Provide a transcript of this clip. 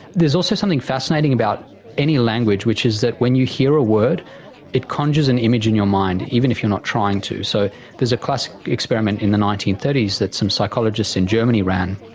there's also something fascinating about any language, which is that when you hear a word it conjures an image in your mind, even if you're not trying to. so there's a classic experiment in the nineteen thirty s that some psychologists in germany ran.